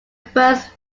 first